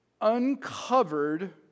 uncovered